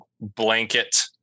blanket